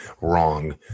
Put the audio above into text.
wrong